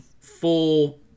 full